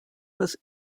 was